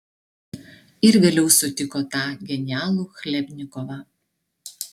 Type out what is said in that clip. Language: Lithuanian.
ir vėliau sutiko tą genialų chlebnikovą